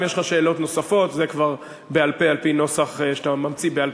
אם יש לך שאלות נוספות זה כבר בעל-פה על-פי נוסח שאתה ממציא בעל-פה,